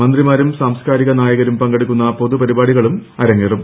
മന്ത്രിമാരും സാംസ്കാരിക നായകരും പങ്കെടുക്കുന്ന പൊതു പരിപാടികളും അരങ്ങേറും